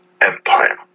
Empire